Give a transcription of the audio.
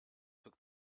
took